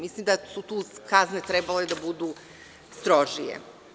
Mislim da su kazne tu trebale da budu strožije.